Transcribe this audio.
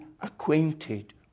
acquainted